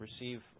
receive